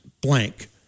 blank